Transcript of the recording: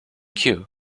cue